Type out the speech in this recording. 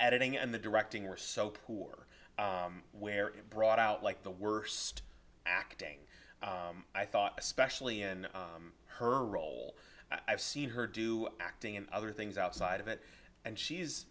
editing and the directing were so poor where it brought out like the worst acting i thought especially in her role i've seen her do acting and other things outside of it and she's